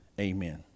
Amen